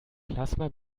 plasma